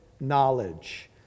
knowledge